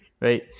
right